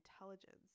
intelligence